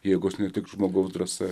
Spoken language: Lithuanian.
jėgos ne tik žmogaus drąsa